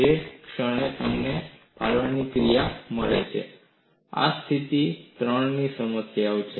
જે ક્ષણે તમને ફાડવાની ક્રિયા મળે છે આ સ્થિતિ 3 ની સમસ્યા છે